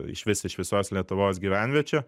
išvis iš visos lietuvos gyvenviečių